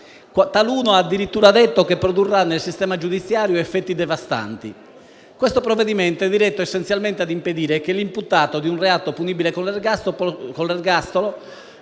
Taluno ha addirittura detto che produrrà nel sistema giudiziario effetti devastanti. Questo provvedimento è diretto essenzialmente a impedire che l'imputato di un reato punibile con l'ergastolo